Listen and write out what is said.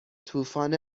طوفان